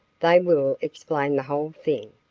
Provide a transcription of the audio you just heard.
they will explain the whole thing.